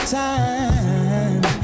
time